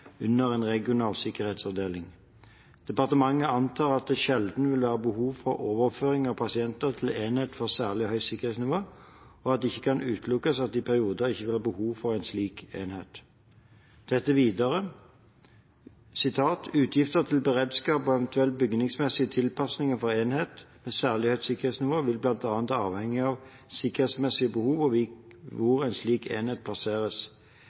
under en regional sikkerhetsavdeling. Departementet antar at det sjelden vil være behov for overføring av pasienter til enhet for særlig høyt sikkerhetsnivå, og at det ikke kan utelukkes at det i perioder ikke vil være behov for en slik enhet.» Det heter videre: «Utgifter til beredskap og eventuelle bygningsmessige tilpasninger for enhet med særlig høyt sikkerhetsnivå vil blant annet avhenge av sikkerhetsmessige behov og hvor en slik enhet plasseres.